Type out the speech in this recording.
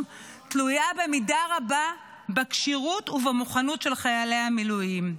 תלויה במידה רבה בכשירות ובמוכנות של חיילי המילואים.